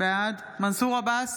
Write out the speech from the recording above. בעד מנסור עבאס,